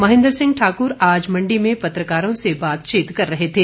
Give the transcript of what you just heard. महेन्द्र सिंह ठाकुर आज मंडी में पत्रकारों से बातचीत कर रहे थे